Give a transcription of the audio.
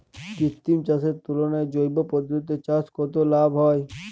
কৃত্রিম চাষের তুলনায় জৈব পদ্ধতিতে চাষে কত লাভ হয়?